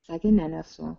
sakė ne nesu